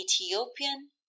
ethiopian